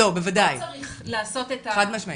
לא, בוודאי, חד משמעית.